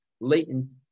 latent